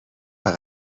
یعنی